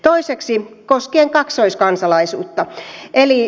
toiseksi koskien kaksoiskansalaisuutta